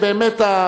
באמת,